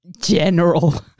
General